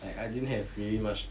like I didn't have really much